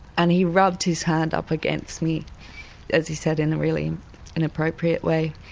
and he rubbed his hand up against me as you said in a really inappropriate way,